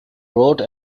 wrote